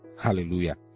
Hallelujah